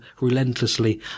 relentlessly